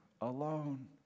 alone